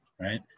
right